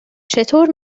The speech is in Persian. چطور